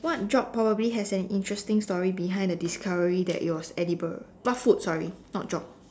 what job probably has an interesting story behind the discovery that it was edible what food sorry not job